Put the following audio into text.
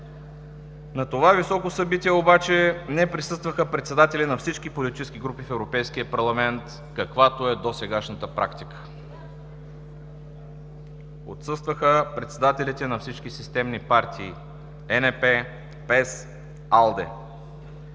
На това високо събитие обаче не присъстваха председатели на всички политически групи в Европейския парламент, каквато е досегашната практика. Отсъстваха председателите на всички системни партии – ЕНП, ПЕС,